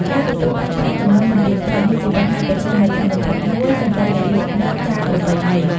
ការទទួលបានប្រាក់ចំណូលមិនទៀងទាត់ នេះជាបញ្ហាប្រឈមដ៏ធំបំផុតមួយសម្រាប់អ្នកលក់នៅផ្សារប្រពៃណី។